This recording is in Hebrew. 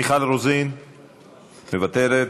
מיכל רוזין, מוותרת,